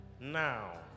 Now